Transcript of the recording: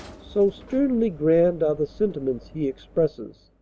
so sternly grand are the sentiments he expresses.